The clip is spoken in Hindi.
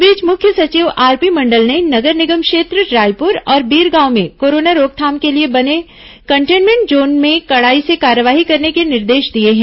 इस बीच मुख्य सचिव आरपी मंडल ने नगर निगम क्षेत्र रायपुर और बीरगांव में कोरोना रोकथाम के लिए बने कंटेनमेंट जोन में कड़ाई से कार्यवाही करने के निर्देश दिए हैं